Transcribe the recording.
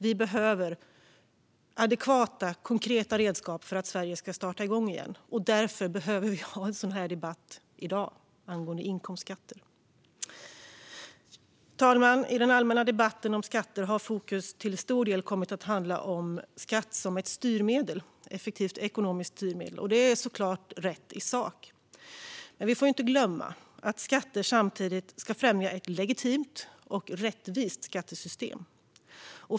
Vi behöver adekvata, konkreta redskap för att Sverige ska starta igen. Därför behöver vi ha en sådan här debatt i dag angående inkomstskatter. Fru talman! I den allmänna debatten om skatter har fokus till stor del kommit att ligga på skatter som ett effektivt ekonomiskt styrmedel. Det är såklart rätt i sak. Men, vi får inte glömma att skatterna samtidigt ska främja ett legitimt och rättvist skattesystem.